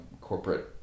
corporate